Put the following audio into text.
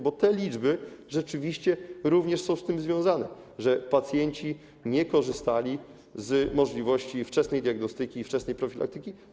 Bo te liczby rzeczywiście również są związane z tym, że pacjenci nie korzystali z możliwości wczesnej diagnostyki i wczesnej profilaktyki.